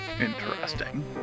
Interesting